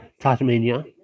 Tasmania